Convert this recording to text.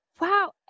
wow